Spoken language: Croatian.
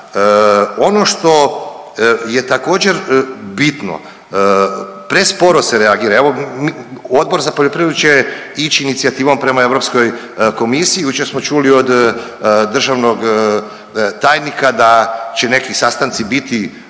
Ono što je također bitno, presporo se reagira, evo Odbor za poljoprivredu će ići inicijativom prema Europskoj komisiji. Jučer smo čuli od državnog tajnika da će neki sastanci biti